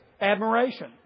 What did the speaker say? admiration